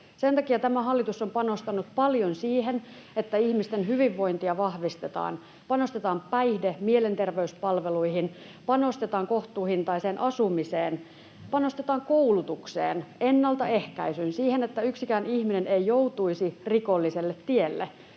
Sen takia tämä hallitus on panostanut paljon siihen, että ihmisten hyvinvointia vahvistetaan, panostetaan päihde-, mielenterveyspalveluihin, [Mari Rantanen: Ja laillistetaan kannabis!] panostetaan kohtuuhintaiseen asumiseen, panostetaan koulutukseen, ennaltaehkäisyyn, siihen, että yksikään ihminen ei joutuisi rikolliselle tielle.